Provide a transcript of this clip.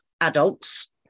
adults